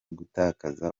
gutakaza